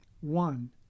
One